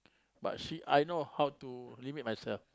but she I know how to limit myself